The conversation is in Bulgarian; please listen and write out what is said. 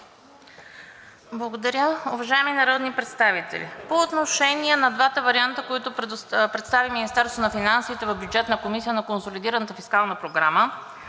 Благодаря. Уважаеми народни представители, по отношение на двата варианта, които представи Министерството на финансите в Бюджетната комисия на Консолидираната фискална програма,